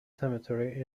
cemetery